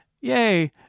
yay